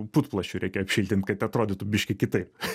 putplasčiu reikia apšiltint kad atrodytų biškį kitaip